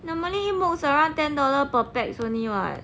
normally mooks around ten dollar per pax only [what]